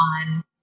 on